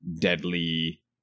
deadly